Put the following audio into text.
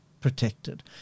protected